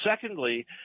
Secondly